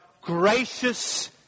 Gracious